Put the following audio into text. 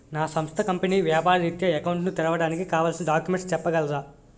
నా సంస్థ కంపెనీ వ్యాపార రిత్య అకౌంట్ ను తెరవడానికి కావాల్సిన డాక్యుమెంట్స్ చెప్పగలరా?